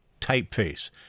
typeface